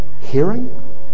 hearing